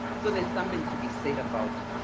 so there's something to be said about